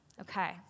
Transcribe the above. okay